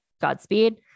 Godspeed